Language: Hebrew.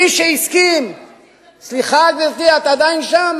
מי שהסכים, סליחה, גברתי, את עדיין שם.